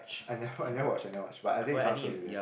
I never I never watch I never watch but I think it sounds familiar